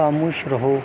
خاموش رہو